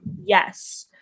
Yes